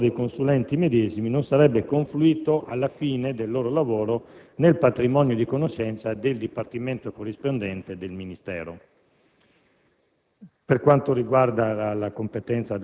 era risultato essere il Ministro, e inoltre il lavoro dei consulenti medesimi non sarebbe confluito, alla fine, nel patrimonio di conoscenza del dipartimento corrispondente del Ministero.